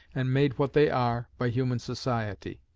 and made what they are, by human society.